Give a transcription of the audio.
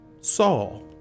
saul